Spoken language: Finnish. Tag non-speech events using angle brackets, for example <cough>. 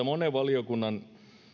<unintelligible> monen valiokunnan